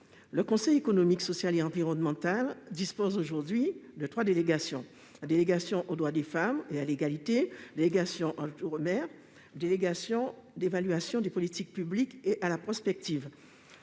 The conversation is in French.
Le Conseil économique, social et environnemental dispose aujourd'hui de trois délégations : la délégation aux droits des femmes et à l'égalité, la délégation à l'outre-mer et la délégation à l'évaluation des politiques publiques et à la prospective.